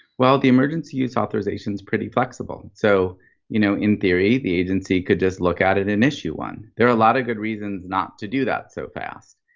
well the emergency authorization is pretty flexible. so you know in theory the agency could just look at an issue one. there are a lot of good reasons not to do that so fast.